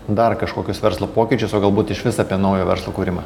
dar kažkokius verslo pokyčius o galbūt išvis apie naujo verslo kūrimą